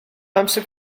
amser